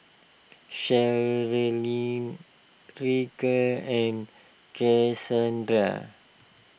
Sharlene Ryker and Cassandra